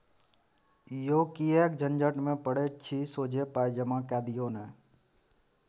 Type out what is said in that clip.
यौ किएक झंझट मे पड़ैत छी सोझे पाय जमा कए दियौ न